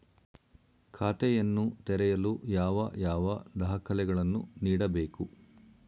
ಖಾತೆಯನ್ನು ತೆರೆಯಲು ಯಾವ ಯಾವ ದಾಖಲೆಗಳನ್ನು ನೀಡಬೇಕು?